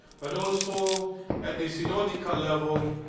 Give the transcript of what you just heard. but also at the synodical level,